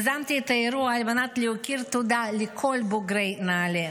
יזמתי את האירוע על מנת להכיר תודה לכל בוגרי נעל"ה,